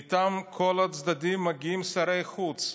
מטעם כל הצדדים מגיעים שרי החוץ.